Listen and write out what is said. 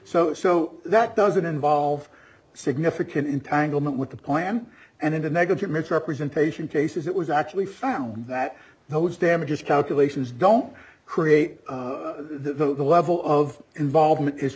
so so that doesn't involve significant entanglement with the plan and in the negative misrepresentation cases it was actually found that those damages calculations don't create though the level of involvement is